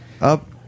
Up